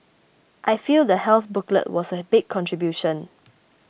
I feel the health booklet was a big contribution